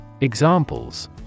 Examples